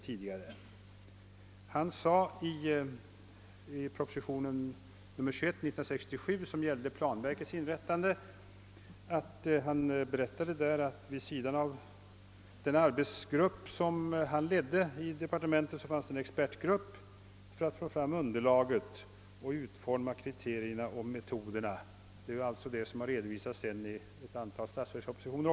I anslutning till behandlingen av pro position nr 21 år 1967, som gällde inrättandet av planverket, berättade statsrådet Palme att det vid sidan om den arbetsgrupp i departementet som han ledde också fanns en expertgrupp med uppgift att redovisa underlaget samt utforma kriterierna och metoderna i detta fall, alltså det som sedan har redovisats även i ett antal statsverkspropositioner.